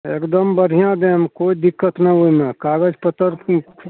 एकदम बढ़िआँ देब कोइ दिक्कत नहि ओइमे कागज पत्तर की